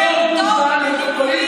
לפני יומיים הייתה לך איזו יציאה אומללה,